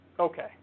Okay